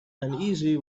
uneasy